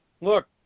Look